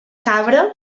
cabra